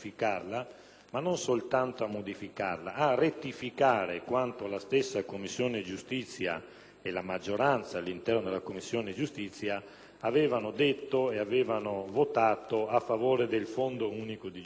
non soltanto a modificarla, ma a rettificare quanto la stessa Commissione giustizia e la maggioranza all'interno di essa avevano detto e votato a favore del Fondo unico giustizia.